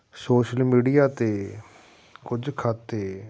social media 'ਤੇ ਕੁਝ ਖਾਤੇ